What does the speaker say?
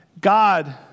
God